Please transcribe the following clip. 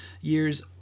years